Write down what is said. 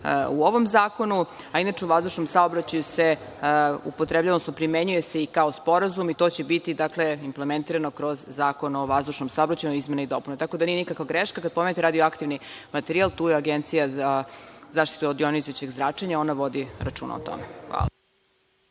u ovom zakonu. Inače, u vazdušnom saobraćaju se upotrebljava, odnosno primenjuje se i kao sporazum i to će biti implementirano kroz Zakon o vazdušnom saobraćaju, o izmenama i dopunama. Tako da, nije nikakva greška. Kad pominjete radioaktivni materijal, tu je Agencija za zaštitu od jonizujućeg zračenja, ona vodi računa o tome. Hvala.